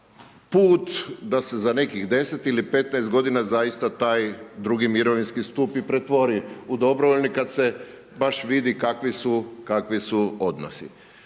put da se za nekih 10 ili 15 godina zaista taj drugi mirovinski stup pretvori u dobrovoljni, kad se baš vidi kakvi su, kakvi